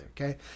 okay